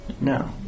No